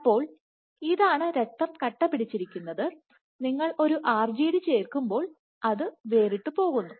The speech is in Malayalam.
അപ്പോൾ ഇതാണ് രക്തം കട്ടപിടിച്ചിരിക്കുന്നത് നിങ്ങൾ ഒരു RGD ചേർക്കുമ്പോൾ അത് വേറിട്ടുപോകുന്നു